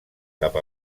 cap